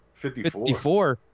54